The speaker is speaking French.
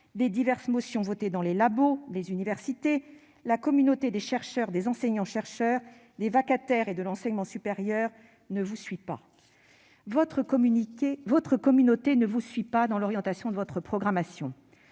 des diverses motions votées dans les laboratoires et les universités, la communauté des chercheurs, des enseignants-chercheurs, des vacataires et de l'enseignement supérieur ne vous suit pas. Votre communauté, madame la ministre, ne vous suit pas dans l'orientation de votre programmation.